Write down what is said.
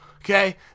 Okay